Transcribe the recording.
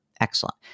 excellent